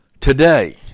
today